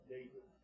David